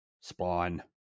Spawn